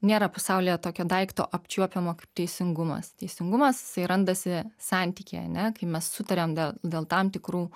nėra pasaulyje tokio daikto apčiuopiamo teisingumas teisingumas jisai randasi santykyje ane kai mes sutariam dėl dėl tam tikrų